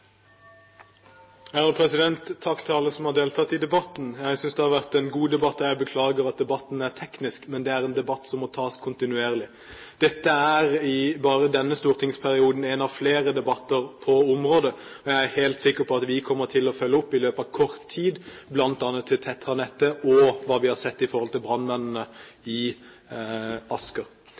Takk til alle som har deltatt i debatten. Jeg synes det har vært en god debatt. Jeg beklager at debatten er teknisk, men det er en debatt som må tas kontinuerlig. Dette er i bare denne stortingsperioden én av flere debatter på området, og jeg er helt sikker på at vi kommer til å følge opp i løpet av kort tid bl.a. om Tetra-nettet og hva vi har sett i forhold til brannmennene i Asker.